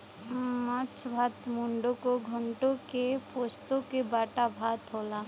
माछ भात मुडो घोन्टो के पोस्तो बाटा भात होला